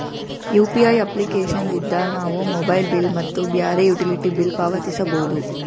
UPI application ಲಿದ್ದ ನಾವು mobile bill ಮತ್ತು ಬ್ಯಾರೆ ಯುಟಿಲಿಟಿ ಬಿಲ್ ಪಾವತಿಸಬೋದು